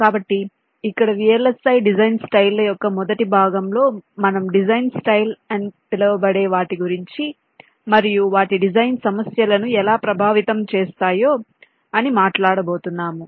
కాబట్టి ఇక్కడ VLSI design style ల యొక్క మొదటి భాగంలో మనం డిజైన్ స్టైల్ అని పిలవబడే వాటి గురించి మరియు వాటి డిజైన్ సమస్యలను ఎలా ప్రభావితం చేస్తాయో అని మాట్లాడబోతున్నాము